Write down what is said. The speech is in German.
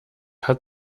hat